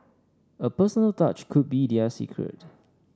a personal touch could be their secret